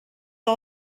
all